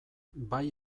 bai